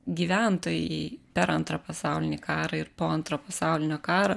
gyventojai per antrą pasaulinį karą ir po antro pasaulinio karo